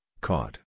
caught